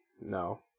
no